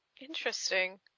Interesting